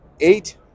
eight